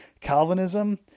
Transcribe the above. Calvinism